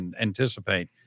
anticipate